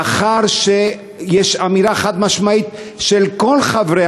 לאחר שיש אמירה חד-משמעית של כל חברי